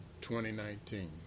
2019